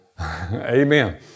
Amen